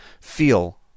feel